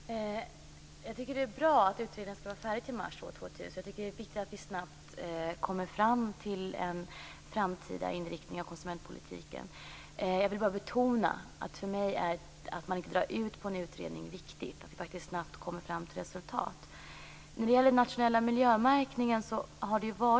Fru talman! Jag tycker att det är bra att utredningen skall vara färdig till mars år 2000. Jag tycker att det är viktigt att vi snabbt kommer fram till en framtida inriktning av konsumentpolitiken. Jag vill bara betona att det för mig är viktigt att man inte drar ut på en utredning. Det är viktigt att en utredning faktiskt snabbt kommer fram till ett resultat. Sedan gäller det den nationella miljömärkningen.